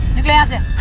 it was him.